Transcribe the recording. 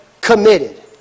committed